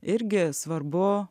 irgi svarbu